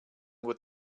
would